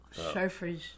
surfers